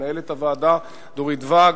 למנהלת הוועדה דורית ואג,